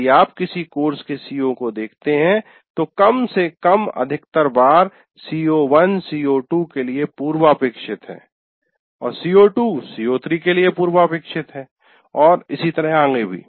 यदि आप किसी कोर्स के CO को देखते हैं तो कम से कम अधिकतर बार CO1 CO2 के लिए पूर्वापेक्षित है और CO2 CO3 के लिए पूर्वापेक्षित है और इसी तरह आगे भी